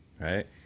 right